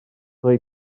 chi